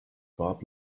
bob